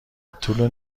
طول